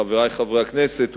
חברי חברי הכנסת,